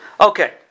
Okay